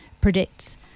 predicts